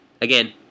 Again